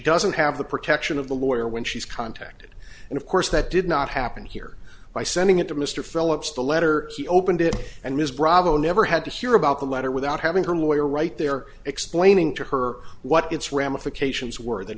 doesn't have the protection of the lawyer when she's contacted and of course that did not happen here by sending it to mr phillips the letter he opened it and ms bravo never had to hear about the letter without having her lawyer right there explaining to her what its ramifications w